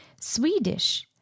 Swedish